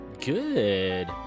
Good